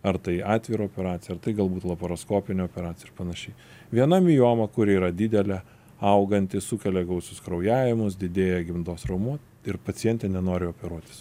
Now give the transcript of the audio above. ar tai atvirą operaciją ar tai galbūt laparoskopinę operaciją ir panašiai viena mioma kuri yra didelė auganti sukelia gausius kraujavimus didėja gimdos raumuo ir pacientė nenori operuotis